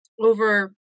over